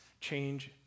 Change